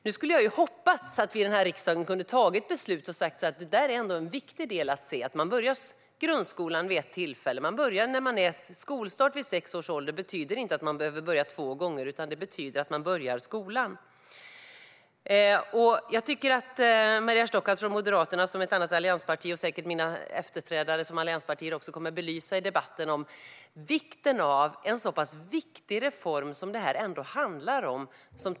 Jag skulle ha hoppats att vi i riksdagen kunde ha fattat beslut och sagt: Det är en viktig del att se att man börjar grundskolan vid ett tillfälle. Skolstart vid sex års ålder betyder inte att man behöver börja två gånger, utan det betyder att man börjar skolan. Maria Stockhaus från Moderaterna, som är ett annat alliansparti, belyste vikten av en så pass angelägen reform som detta handlar om. Mina efterträdare på talarlistan från andra allianspartier kommer säkert också att belysa detta i debatten.